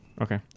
okay